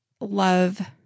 love